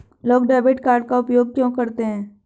लोग debit card का उपयोग क्यों करते हैं?